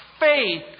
Faith